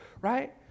right